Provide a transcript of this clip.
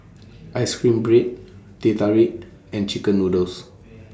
Ice Cream Bread Teh Tarik and Chicken Noodles